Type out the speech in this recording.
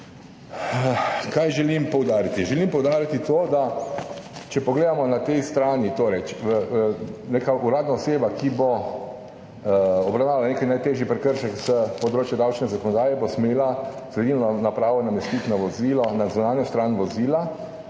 Kaj želim poudariti? Poudariti želim to, da če pogledamo na tej strani, torej neka uradna oseba, ki bo obravnavala nek najtežji prekršek s področja davčne zakonodaje, bo smela sledilno napravo namestiti na vozilo, na zunanjo stran vozila